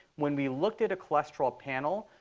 when we looked at a cholesterol panel,